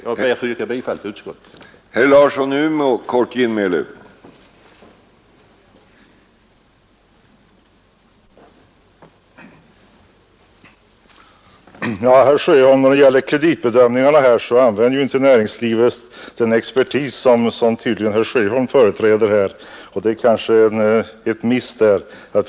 Jag ber att få yrka bifall till utskottets hemställan.